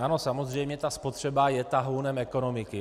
Ano, samozřejmě, ta spotřeba je tahounem ekonomiky.